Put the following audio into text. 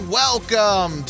welcome